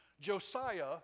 Josiah